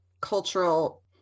cultural